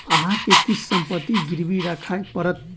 अहाँ के किछ संपत्ति गिरवी राखय पड़त